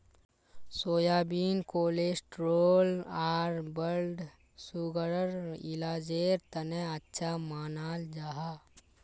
soybean cholesterol आर blood सुगरर इलाजेर तने अच्छा मानाल जाहा